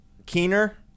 Keener